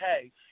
hey